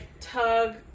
tug